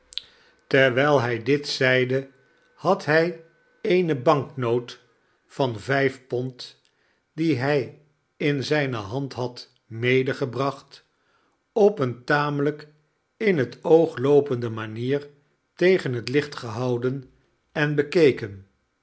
terwijl hij dit zeide had hij eene banknoot van vijf pond die hij in zijne hand had medegebracht op eene tamelijk in het oog loopende manier tegen het licht gehouden en bekeken